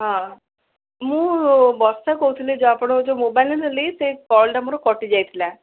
ହଁ ମୁଁ ବର୍ଷା କହୁଥିଲି ଯେଉଁ ଆପଣଙ୍କୁ ଯେଉଁ ମୋବାଇଲ୍ ନେଲି ସେଇ କଲ୍ଟା ମୋର କଟି ଯାଇଥିଲା